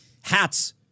hats